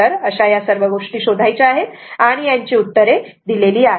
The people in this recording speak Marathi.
तर अशा या सर्व गोष्टी शोधायच्या आहेत आणि याची उत्तरे दिलेली आहेत